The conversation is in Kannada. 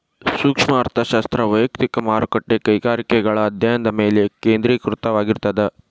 ಸೂಕ್ಷ್ಮ ಅರ್ಥಶಾಸ್ತ್ರ ವಯಕ್ತಿಕ ಮಾರುಕಟ್ಟೆ ಕೈಗಾರಿಕೆಗಳ ಅಧ್ಯಾಯನದ ಮೇಲೆ ಕೇಂದ್ರೇಕೃತವಾಗಿರ್ತದ